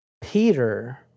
Peter—